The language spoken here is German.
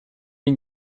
den